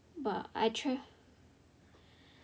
but I tra~